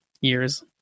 years